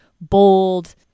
bold